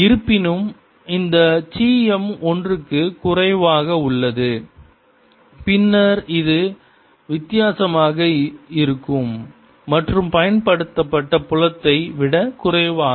இருப்பினும் இந்த சி m ஒன்றுக்கு குறைவாக உள்ளது பின்னர் இது வித்தியாசமாக இருக்கும் மற்றும் பயன்படுத்தப்பட்ட புலத்தை விட குறைவாக இருக்கும்